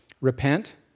repent